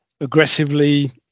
aggressively